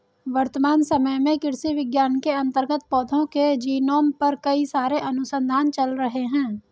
वर्तमान समय में कृषि विज्ञान के अंतर्गत पौधों के जीनोम पर कई सारे अनुसंधान चल रहे हैं